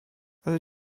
ale